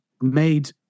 made